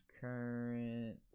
current